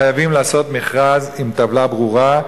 חייבים לעשות מכרז עם טבלה ברורה,